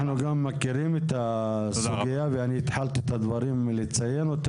אנחנו גם מכירים את הסוגיה ואני התחלתי לציין את הדברים.